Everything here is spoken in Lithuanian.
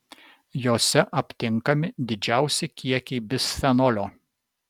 jose aptinkami didžiausi kiekiai bisfenolio